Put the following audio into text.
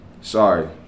Sorry